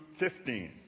15